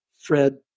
Fred